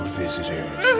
visitors